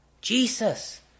Jesus